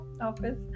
office